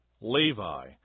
Levi